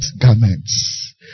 garments